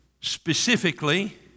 specifically